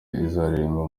izaririmba